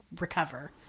recover